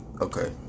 Okay